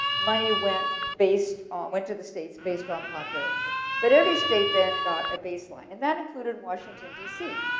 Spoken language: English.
money went based, um went to the state based on population. but, every state then got a baseline. and, that included washington dc.